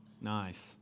Nice